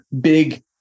big